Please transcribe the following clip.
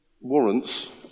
warrants